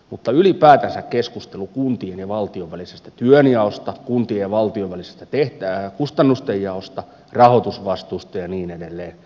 mutta ylipäätänsä keskustelu kuntien ja valtion välisestä työnjaosta kuntien ja valtion välisestä kustannusten jaosta rahoitusvastuusta ja niin edelleen